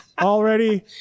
already